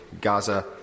Gaza